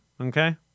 Okay